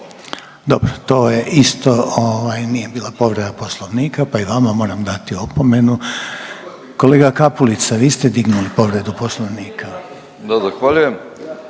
Dobro, to je isto nije bila povreda Poslovnika pa i vama moram dati opomenu. Kolega Kapulica, vi ste dignuli povredu Poslovnika. **Kapulica,